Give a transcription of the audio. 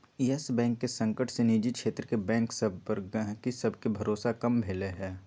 इयस Bank के संकट से निजी क्षेत्र के बैंक सभ पर गहकी सभके भरोसा कम भेलइ ह